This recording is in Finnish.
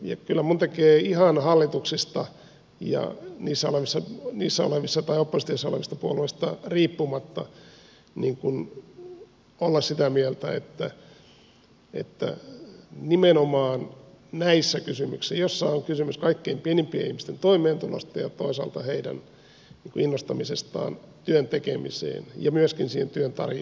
kyllä minun tekee mieleni ihan hallituksista ja niissä oloissa missä avoimissa pääopastin oppositiossa olevista puolueista riippumatta olla sitä mieltä että nimenomaan näissä kysymyksissä joissa on kysymys kaikkein pienimpien ihmisten toimeentulosta ja toisaalta heidän innostamisestaan työn tekemiseen ja myöskin siirtyä tai